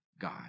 God